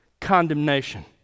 condemnation